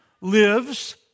lives